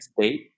state